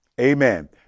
amen